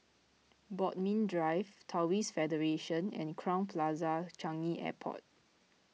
Bodmin Drive Taoist Federation and Crowne Plaza Changi Airport